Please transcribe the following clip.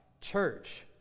church